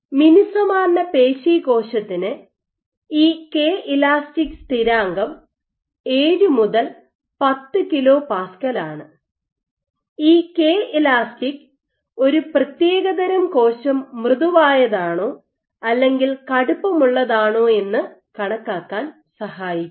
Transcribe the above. മിനുസമാർന്ന പേശി കോശത്തിന് ഈ കെ ഇലാസ്റ്റിക് സ്ഥിരാങ്കം 7 മുതൽ 10 കിലോ പാസ്കൽ ആണ് ഈ കെ ഇലാസ്റ്റിക് ഒരു പ്രത്യേകതരം കോശം മൃദുവായതാണോ അല്ലെങ്കിൽ കടുപ്പമുള്ളതാണോ എന്ന് കണക്കാക്കാൻ സഹായിക്കുന്നു